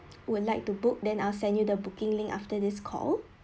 would like to book then I'll send you the booking link after this call